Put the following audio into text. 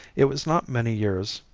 it was not many years,